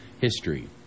history